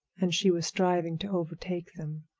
and she was striving to overtake them.